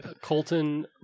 Colton